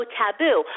taboo